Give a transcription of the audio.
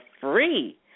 free